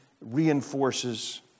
reinforces